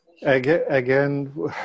Again